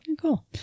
Cool